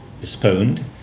postponed